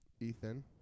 Ethan